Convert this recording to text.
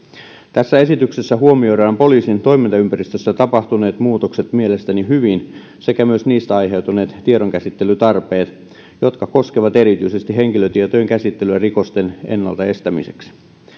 tässä esityksessä huomioidaan poliisin toimintaympäristössä tapahtuneet muutokset mielestäni hyvin sekä myös niistä aiheutuneet tiedonkäsittelytarpeet jotka koskevat erityisesti henkilötietojen käsittelyä rikosten ennalta estämiseksi